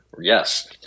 Yes